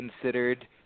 considered